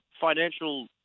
financial